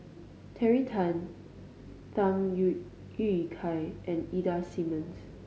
Terry Tan Tham Yui Yui Kai and Ida Simmons